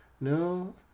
No